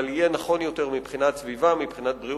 אבל יהיה נכון יותר מבחינת סביבה, מבחינת בריאות,